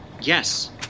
Yes